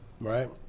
Right